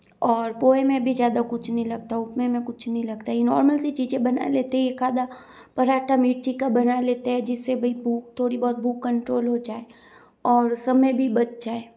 और पोहे में भी ज़्यादा कुछ नहीं लगता उपमें में कुछ नहीं लगता ये नोर्मल सी चीज़ें बना लेते हैं एक आध पराठा मिर्ची का बना लेते हैं जिस से भाई पू थोड़ी बहोत भूख कंट्रोल हो जाए और समय भी बच जाए